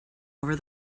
over